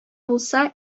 булса